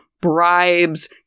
bribes